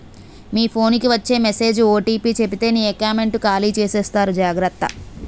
మీ phone కి వచ్చే message OTP చెప్పితే నీకే కామెంటు ఖాళీ చేసేస్తారు జాగ్రత్త